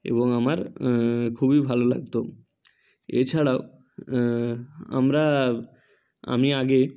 এবং আমার খুবই ভালো লাগত এছাড়াও আমরা আমি আগে